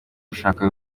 gushaka